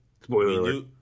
spoiler